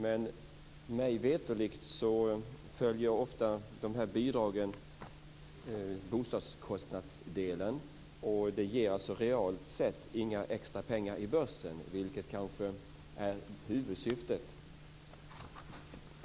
Men mig veterligt följer ofta de här bidragen bostadskostnadsdelen. Det ger realt sett inga extra pengar i börsen, vilket kanske är huvudsyftet.